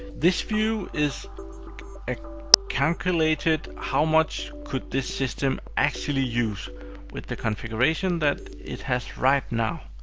this view is a calculated, how much could this system actually use with the configuration that it has right now.